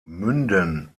münden